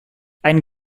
ein